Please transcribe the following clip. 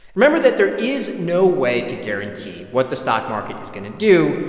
remember that there is no way to guarantee what the stock market is going to do,